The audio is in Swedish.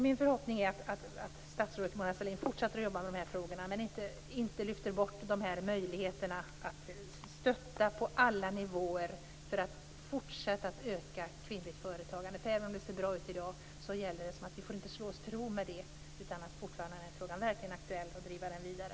Min förhoppning är att statsrådet Mona Sahlin fortsätter att jobba med dessa frågor och att hon inte lyfter bort möjligheterna att stötta på alla nivåer för att fortsätta att öka kvinnligt företagande. Även om det ser bra ut i dag, får vi inte slå oss till ro med detta. Frågan måste fortfarande hållas verkligt aktuell och drivas vidare.